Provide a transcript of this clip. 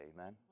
amen